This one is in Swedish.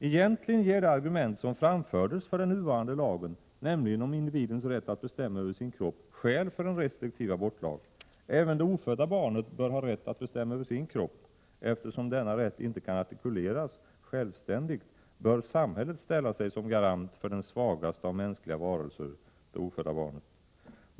Egentligen ger det argument som framfördes för den nuvarande lagen, nämligen om individens rätt att bestämma över sin kropp, skäl för en restriktiv abortlag. Även det ofödda barnet bör ha rätt att bestämma över sin kropp. Eftersom denna rätt inte kan artikuleras självständigt, bör samhället ställa sig som garant för den svagaste av mänskliga varelser, det ofödda barnet.